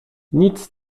nic